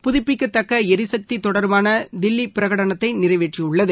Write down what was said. புதுப்பிக்கத்தக்களிசக்திதொடர்பானதில்லிபிரகடனத்தைநிறைவேற்றியுள்ளது